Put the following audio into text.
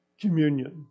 communion